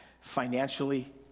financially